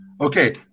Okay